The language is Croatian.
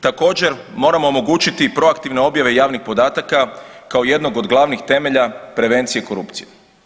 Također moramo omogućiti i proaktivne objave javnih podataka kao jednog od glavnih temelja prevencije korupcije.